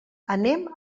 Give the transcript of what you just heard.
anem